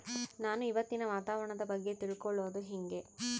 ನಾನು ಇವತ್ತಿನ ವಾತಾವರಣದ ಬಗ್ಗೆ ತಿಳಿದುಕೊಳ್ಳೋದು ಹೆಂಗೆ?